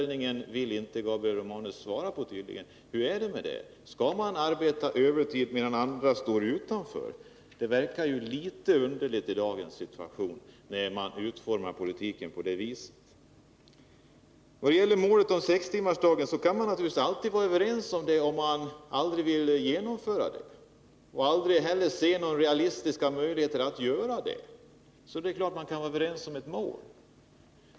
Detta vill Gabriel Romanus tydligen inte ta ställning till. Hur är det med den här saken? Skall man arbeta övertid, medan andra står utanför? Det verkar litet underligt när man i dagens situation utformar politiken på det sättet. Om målet sex timmars arbetsdag kan man ju alltid vara överens, om man aldrig vill genomföra reformen och heller aldrig ser några realistiska möjligheter till det. Det är klart att man kan vara överens om ett mål.